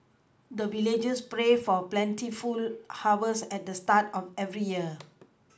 the villagers pray for plentiful harvest at the start of every year